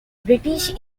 british